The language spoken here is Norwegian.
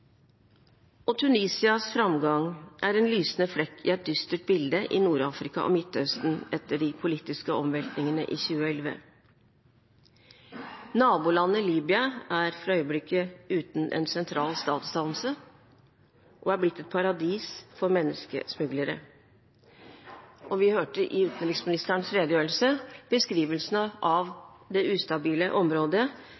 demokrati. Tunisias framgang er en lysende flekk i et dystert bilde i Nord-Afrika og Midtøsten etter de politiske omveltningene i 2011. Nabolandet Libya er for øyeblikket uten en sentral statsdannelse og er blitt et paradis for menneskesmuglere. Vi hørte i utenriksministerens redegjørelse beskrivelsene av